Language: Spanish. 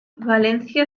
valencia